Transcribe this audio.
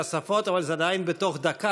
דקה.